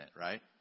right